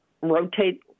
rotate